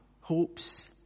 hopes